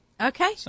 Okay